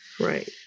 Right